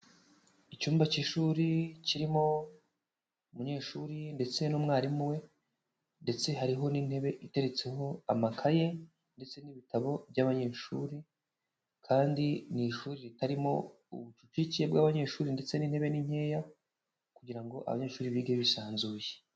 Icyumba cy'ishuri kirimo umunyeshuri ndetse n'umwarimu we, ndetse hariho n'intebe iteretseho amakaye ndetse n'ibitabo by'abanyeshuri, kandi ni ishuri ritarimo ubucucike bw'abanyeshuri ndetse n'intebe ni nkeya, kugira ngo abanyeshuri bige bisanzuye.